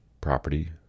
property